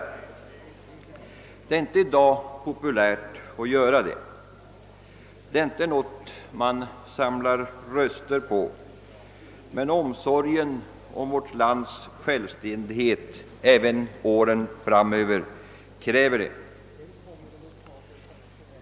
Det är i dag inte populärt att uttrycka sådana tankar, det är inte något man samlar röster på. Men omsorgen om vårt lands självständighet även åren framöver kräver det.